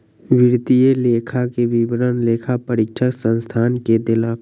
वित्तीय लेखा के विवरण लेखा परीक्षक संस्थान के देलक